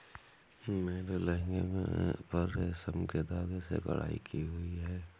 मेरे लहंगे पर रेशम के धागे से कढ़ाई की हुई है